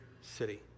city